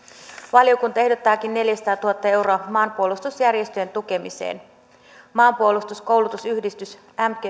valiokunta ehdottaakin neljäsataatuhatta euroa maanpuolustusjärjestöjen tukemiseen maanpuolustuskoulutusyhdistys